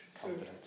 confidence